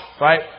right